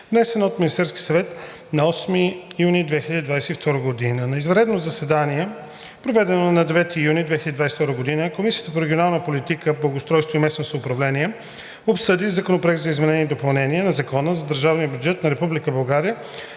внесен от Министерския съвет на 8 юни 2022 г. На извънредно заседание, проведено на 9 юни 2022 г., Комисията по регионална политика, благоустройство и местно самоуправление обсъди Законопроект за изменение и допълнение на Закона за държавния бюджет на